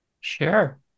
Sure